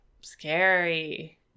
scary